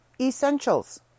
Essentials